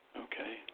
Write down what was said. Okay